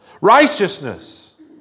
Righteousness